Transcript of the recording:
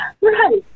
Right